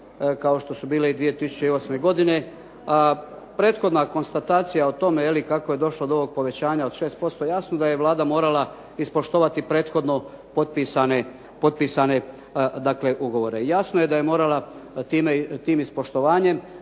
kao što su bile i 2008. godine. Prethodna konstatacija o tome je li kako je došlo do ovog povećanja od 6%, jasno da je Vlada morala ispoštovati prethodno potpisane dakle ugovore. Jasno da je morala tim iz poštovanjem